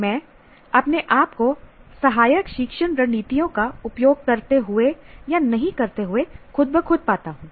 मैं अपने आप को सहायक शिक्षण रणनीतियों का उपयोग करते हुए नहीं करते हुए खुद ब खुद पाता हूं